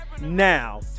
now